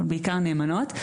אבל בעיקר נאמנות,